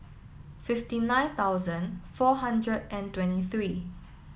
fifty nine thousand four hundred and twenty three